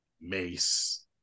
Mace